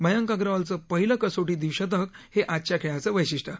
मयंक अग्रवालचं पहिलं कसोटी द्विशतक हे आजच्या खेळाचं वैशिष्ट्यं